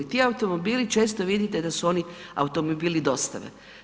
Ti automobili često vidite da su oni automobili dostave.